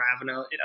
Ravenel